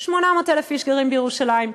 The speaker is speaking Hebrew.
800,000 איש גרים בירושלים,